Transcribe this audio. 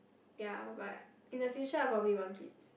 ya but in the future I'll probably want kids